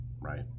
right